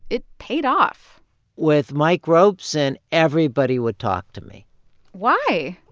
it paid off with mike robson, everybody would talk to me why?